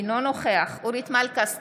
אינו נוכח אורית מלכה סטרוק,